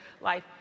life